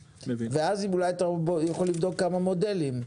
ואז אתה אולי יכול לבדוק כמה מודלים,